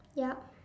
yup